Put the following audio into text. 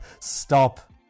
stop